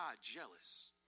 jealous